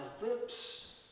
lips